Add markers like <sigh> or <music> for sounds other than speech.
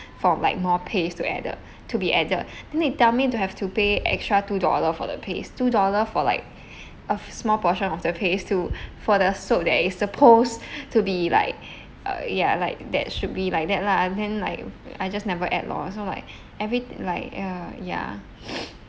for like more paste to added to be added then they tell me to have to pay extra two dollar for the paste two dollar for like a small portion of the paste to for the soap that is supposed <breath> to be like uh ya like that should be like that lah and then like I just never add lor so like every like uh ya <breath>